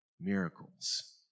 miracles